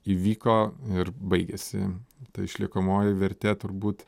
įvyko ir baigiasi tai išliekamoji vertė turbūt